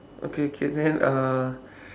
okay okay then uh